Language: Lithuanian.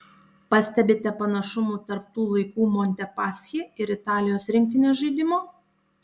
pastebite panašumų tarp tų laikų montepaschi ir italijos rinktinės žaidimo